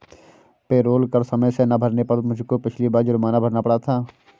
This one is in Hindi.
पेरोल कर समय से ना भरने पर मुझको पिछली बार जुर्माना भरना पड़ा था